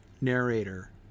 narrator